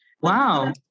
Wow